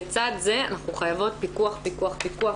לצד זה אנחנו חייבות פיקוח פיקוח פיקוח,